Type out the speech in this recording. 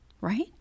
Right